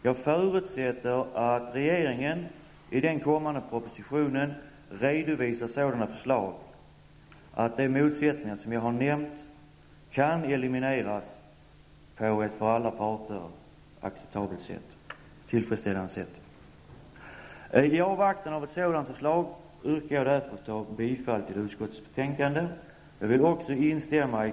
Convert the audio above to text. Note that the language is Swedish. Jag förutsätter att regeringen i den kommande propositionen redovisar sådana förslag att de motsättningar som jag har nämnt kan elimineras på ett för alla parter tillfredsställande sätt. I avvaktan på ett sådant förslag yrkar jag bifall till utskottets hemställan.